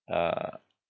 uh